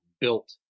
built